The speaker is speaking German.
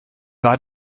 war